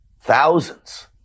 thousands